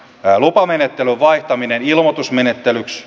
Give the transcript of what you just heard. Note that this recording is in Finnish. lupamenettelyn vaihtaminen ilmoitusmenettelyksi